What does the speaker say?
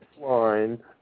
line